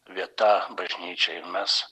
vieta bažnyčioje mes